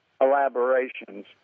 elaborations